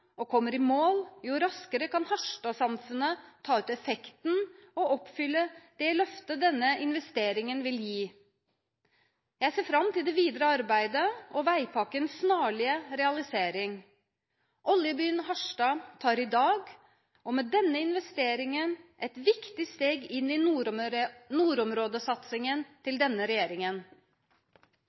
og kommer i mål, jo raskere kan Harstad-samfunnet ta ut effekten og oppfylle det løftet denne investeringen vil gi. Jeg ser fram til det videre arbeidet og veipakkens snarlige realisering. Oljebyen Harstad tar i dag med denne investeringen et viktig steg inn i nordområdesatsingen til denne regjeringen.